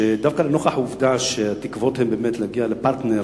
שדווקא לנוכח העובדה שהתקוות הן באמת להגיע לפרטנר